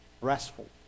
restful